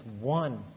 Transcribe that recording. one